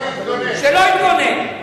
הוא לא יכול להתגונן.